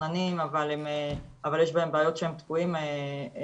מתוכננים אבל יש בהם בעיות שהם תקועים אנחנו